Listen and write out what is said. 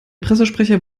pressesprecher